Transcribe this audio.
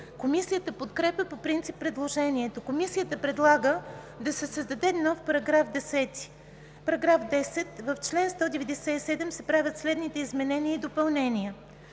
Комисията подкрепя по принцип предложението. Комисията предлага да се създаде нов § 10: „§ 10. В чл. 197 се правят следните изменения и допълнения: